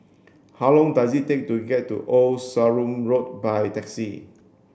how long does it take to get to Old Sarum Road by taxi